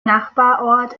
nachbarort